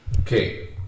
Okay